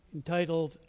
entitled